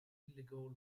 illegal